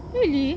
really